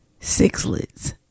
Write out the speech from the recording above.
sixlets